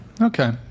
Okay